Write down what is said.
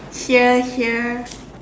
here here